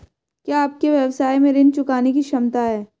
क्या आपके व्यवसाय में ऋण चुकाने की क्षमता है?